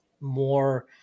more –